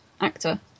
actor